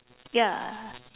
ya